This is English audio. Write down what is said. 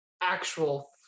actual